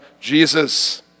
Jesus